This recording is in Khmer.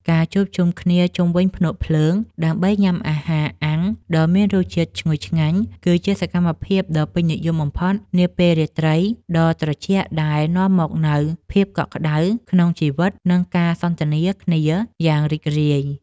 ការជួបជុំគ្នាជុំវិញភ្នក់ភ្លើងដើម្បីញ៉ាំអាហារអាំងដ៏មានរសជាតិឈ្ងុយឆ្ងាញ់គឺជាសកម្មភាពដ៏ពេញនិយមបំផុតនាពេលរាត្រីដ៏ត្រជាក់ដែលនាំមកនូវភាពកក់ក្ដៅក្នុងចិត្ត និង ការសន្ទនាគ្នាយ៉ាងរីករាយ។